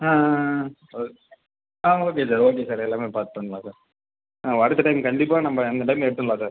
ஆ ஆ ஆ okay sir ஆ ஓகே சார் ஓகே சார் எல்லாமே பார்த்து பண்ணலாம் சார் ஆ அடுத்த டைம் கண்டிப்பாக நம்ம அந்த டைம் எடுத்துடலாம் சார்